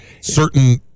certain